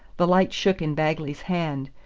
the light shook in bagley's hand,